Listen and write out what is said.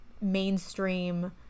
mainstream